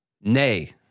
nay